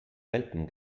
welpen